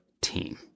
team